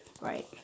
right